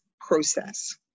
process